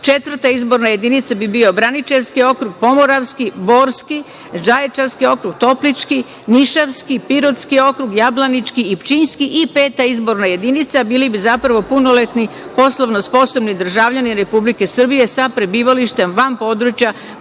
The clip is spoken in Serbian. Četvrta izborna jedinica bi bio Braničevski okrug, Pomoravski, Borski, Zaječarski okrug, Toplički, Nišavski, Pirotski okrug, Jablanički i Pčinjski i peta izborna jedinica bili bi zapravo punoletni, poslovno sposobni državljani Republike Srbije sa prebivalištem van područja